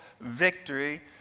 victory